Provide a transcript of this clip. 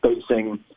spacing